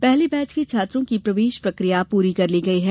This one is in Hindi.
पहले बैच के छात्रों की प्रवेश प्रक्रिया पूरी कर ली गई है